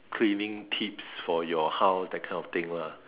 cleaning tips for your house that kind of thing lah